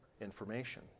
information